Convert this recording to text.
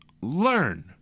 learn